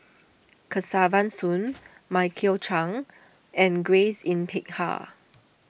Kesavan Soon Michael Chiang and Grace Yin Peck Ha